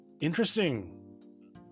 interesting